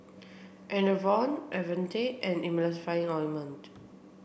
Enervon and Emulsying ointment